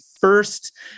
first